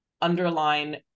underline